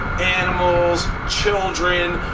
animals, children,